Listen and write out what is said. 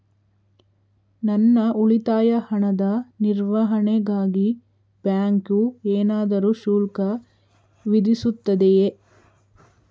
ನನ್ನ ಉಳಿತಾಯ ಹಣದ ನಿರ್ವಹಣೆಗಾಗಿ ಬ್ಯಾಂಕು ಏನಾದರೂ ಶುಲ್ಕ ವಿಧಿಸುತ್ತದೆಯೇ?